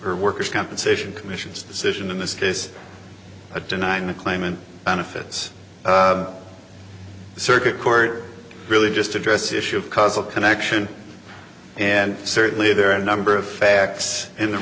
or workers compensation commission's decision in this case of denying the claimant benefits circuit court really just address the issue of causal connection and certainly there are a number of facts in the